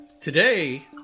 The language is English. Today